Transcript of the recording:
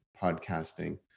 podcasting